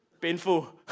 Painful